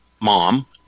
mom